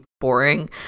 boring